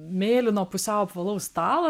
mėlyno pusiau apvalaus stalo